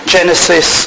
Genesis